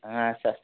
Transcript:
ಹಾಂ ಸರ್